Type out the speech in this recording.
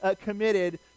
committed